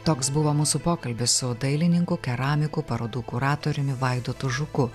toks buvo mūsų pokalbis su dailininku keramiku parodų kuratoriumi vaidotu žuku